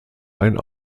ein